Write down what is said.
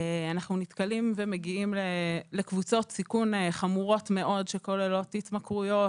אנחנו נתקלים ומגיעים לקבוצות סיכון חמורות מאוד שכוללות התמכרויות,